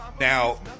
Now